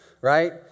right